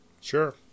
Sure